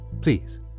Please